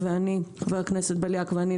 חבר הכנסת ולדימיר בליאק ואני,